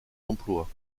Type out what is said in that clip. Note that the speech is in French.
emplois